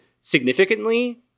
significantly